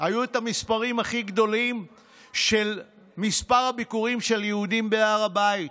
היו את המספרים הכי גדולים של הביקורים של יהודים בהר הבית